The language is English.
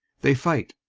they fight!